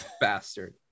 Bastard